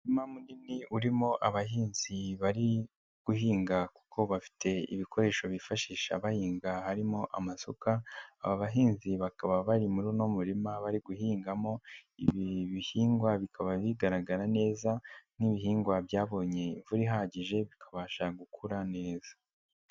Umurima munini urimo abahinzi bari guhinga kuko bafite ibikoresho bifashisha bahinga harimo amasuka, aba bahinzi bakaba bari muri uno murima bari guhingamo ibi ibihingwa bikaba bigaragara neza nk'ibihingwa byabonye imvura ihagije bikabasha gukura neza.